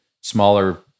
smaller